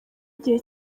igihe